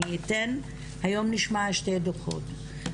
אני אתן היום נשמע שני דוחות,